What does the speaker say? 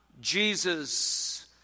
Jesus